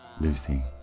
Lucy